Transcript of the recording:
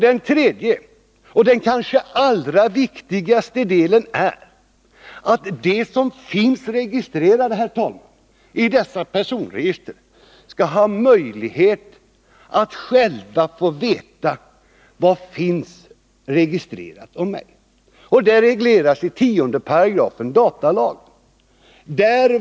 Den tredje och kanske allra viktigaste delen är att de som finns registrerade i personregister skall ha möjlighet att själva få veta vad som finns registrerat om dem. Det regleras i 10 8 datalagen.